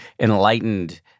enlightened